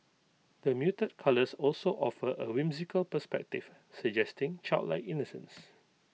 the muted colours also offer A whimsical perspective suggesting childlike innocence